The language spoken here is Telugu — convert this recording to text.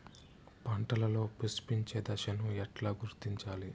పంటలలో పుష్పించే దశను ఎట్లా గుర్తించాలి?